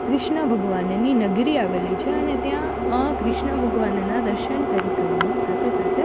ક્રિશ્ન ભગવાનની નગરી આવેલી છે અને ત્યાં ક્રિશ્ન ભગવાનનાં દર્શન કરી કરીને સાથે સાથે